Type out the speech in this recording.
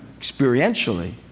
experientially